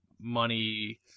money